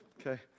Okay